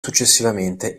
successivamente